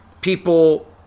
people